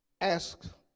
Ask